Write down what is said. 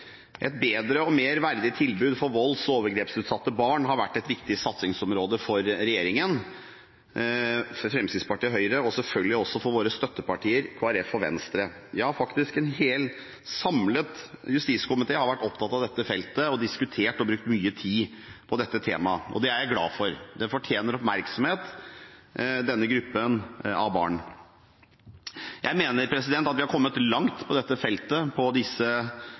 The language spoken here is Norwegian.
mer verdig tilbud til volds- og overgrepsutsatte barn har vært et viktig satsingsområde for regjeringen, for Fremskrittspartiet og Høyre – og selvfølgelig også for våre støttepartier, Kristelig Folkeparti og Venstre. Faktisk har en samlet justiskomité vært opptatt av dette feltet – vi har diskutert og brukt mye tid på dette temaet. Det er jeg glad for. Denne gruppen barn fortjener oppmerksomhet. Jeg mener at vi har kommet langt på dette feltet på